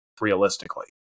realistically